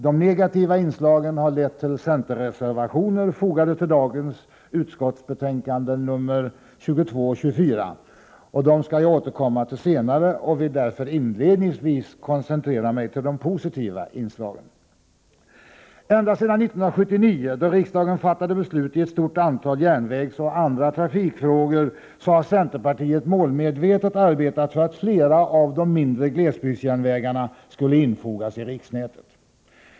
De negativa inslagen har lett till centerreservationer fogade till dagens utskottsbetänkanden 22 och 24. Jag återkommer till dessa senare och vill inledningsvis koncentrera mig på de positiva inslagen. Ända sedan 1979, då riksdagen fattade beslut i ett stort antal järnvägsoch andra trafikfrågor har centerpartiet målmedvetet arbetat för att flera av de mindre glesbygdsjärnvägarna skulle infogas i riksnätet.